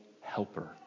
helper